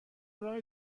راه